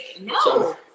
no